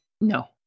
no